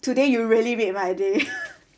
today you really make my day